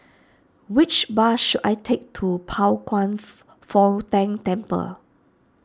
which bus should I take to Pao Kwan Foh Tang Temple